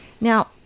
Now